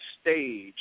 stage